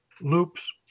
loops